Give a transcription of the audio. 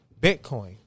Bitcoin